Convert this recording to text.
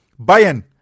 Bayern